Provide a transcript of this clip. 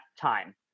time